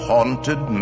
Haunted